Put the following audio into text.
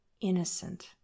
innocent